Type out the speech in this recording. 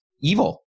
evil